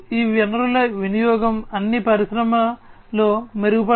ఈ వనరుల వినియోగం అన్నీ పరిశ్రమలో మెరుగుపడబోతున్నాయి 4